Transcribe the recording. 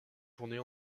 journées